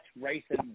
racing